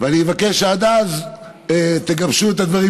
אני מבקש שעד אז תגבשו את הדברים,